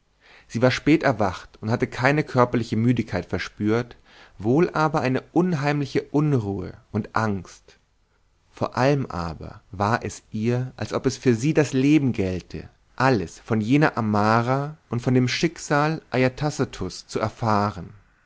sie war spät erwacht und hatte keine körperliche müdigkeit verspürt wohl aber eine unheimliche unruhe und angst vor allem aber war es ihr als ob es für sie das leben gälte alles von jener amara und von dem schicksal ajatasattus zu erfahren